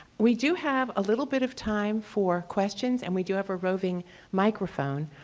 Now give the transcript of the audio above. we do have a little bit of time for questions and we do have a roving microphone.